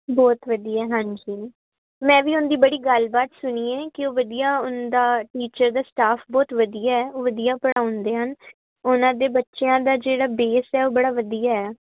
ਬਹੁਤ ਵਧੀਆ ਹਾਂਜੀ ਮੈਂ ਵੀ ਹੁੰਦੀ ਬੜੀ ਗੱਲਬਾਤ ਸੁਣੀ ਹ ਕਿ ਉਹ ਵਧੀਆ ਉਦਾ ਟੀਚਰ ਦਾ ਸਟਾਫ ਬਹੁਤ ਵਧੀਆ ਉਹ ਵਧੀਆ ਪੜਾਉਂਦੇ ਹਨ ਉਹਨਾਂ ਦੇ ਬੱਚਿਆਂ ਦਾ ਜਿਹੜਾ ਬੇਸ ਹ ਉਹ ਬੜਾ ਵਧੀਆ